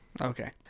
Okay